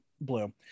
blue